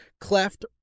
cleft